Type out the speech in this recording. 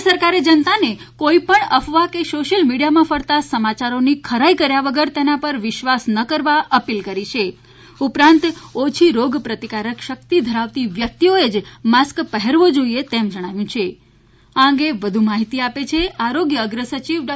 રાજય સરકારે જનતાને કોઇપણ અફવા કે સોશ્યલ મીડીયામાં ફરતા સમાચારોની ખરાઇ કર્યા વગર તેના પર વિશ્વાસ ન કરવા અપીલ કરી છે ઉપરાંત ઓછી રોગપ્રતિકારક શકિત ધરાવતી વ્યકિતઓએ જ માસ્ક પહેરેવો જોઇએ તેમ જણાવ્યુ છે આ અંગે વધુ માહિતી આપે છે આરોગ્ય અગ્ર સચિવ ડો